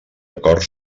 acord